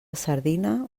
sardina